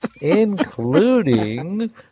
including